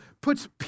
puts